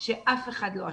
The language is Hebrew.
שאף אחד לא אשם,